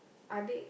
are they